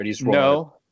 No